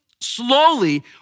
slowly